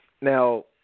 Now